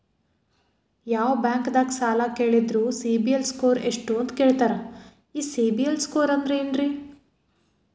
ಯಾವ ಬ್ಯಾಂಕ್ ದಾಗ ಸಾಲ ಕೇಳಿದರು ಸಿಬಿಲ್ ಸ್ಕೋರ್ ಎಷ್ಟು ಅಂತ ಕೇಳತಾರ, ಈ ಸಿಬಿಲ್ ಸ್ಕೋರ್ ಅಂದ್ರೆ ಏನ್ರಿ?